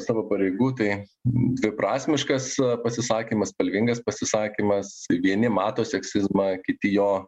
savo pareigų tai dviprasmiškas pasisakymas spalvingas pasisakymas vieni mato seksizmą kiti jo